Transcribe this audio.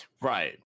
right